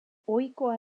ohikoa